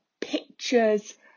pictures